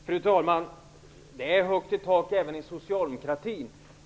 Fru talman! Det är högt i tak även hos Socialdemokraterna.